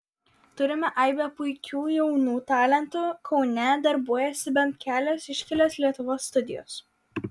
turime aibę puikių jaunų talentų kaune darbuojasi bent kelios iškilios lietuvos studijos